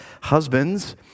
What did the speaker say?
Husbands